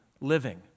living